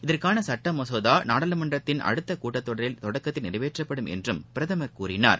இதற்கான சட்ட மசோதா நாடாளுமன்றத்தின் அடுத்த கூட்டத் தொடரின் தொடக்கத்தில் நிறைவேற்றப்படும் என்றும் பிரதமர் கூறினார்